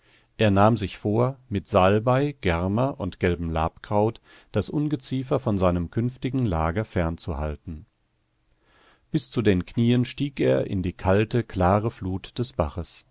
er nahm sich vor mit salbei germer und gelbem labkraut das ungeziefer von seinem künftigen lager fernzuhalten bis zu den knien stieg er in die kalte klare flut des baches